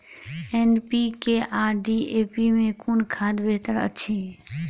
NPK आ DAP मे कुन खाद बेहतर अछि?